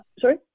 Sorry